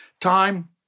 Time